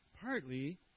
partly